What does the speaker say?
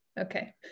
Okay